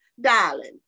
Darling